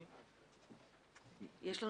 יש לנו